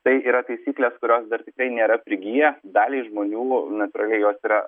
tai yra taisyklės kurios dar tikrai nėra prigiję daliai žmonių natūraliai jos yra